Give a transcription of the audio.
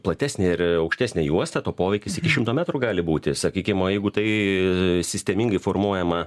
platesnė ir aukštesnė juosta tuo poveikis iki šimto metrų gali būti sakykim o jeigu tai sistemingai formuojama